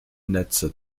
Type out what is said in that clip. netze